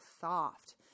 soft